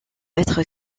être